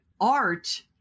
art